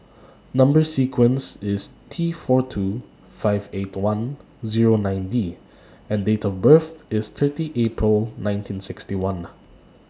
Number sequence IS T four two five eight one Zero nine D and Date of birth IS thirty April nineteen sixty one